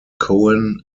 coen